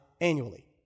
annually